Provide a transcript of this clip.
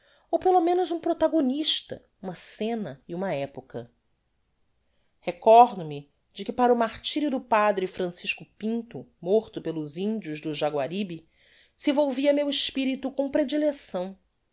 ou pelo menos um protogonista uma scena e uma epocha recordo-me de que para o martyrio do padre francisco pinto morto pelos indios do jaguaribe se volvia meu espirito com predilecção